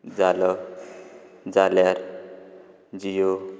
जालो जाल्यार जियो